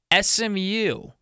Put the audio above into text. SMU